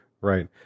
right